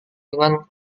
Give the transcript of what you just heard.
dengan